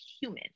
human